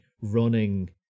running